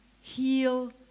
heal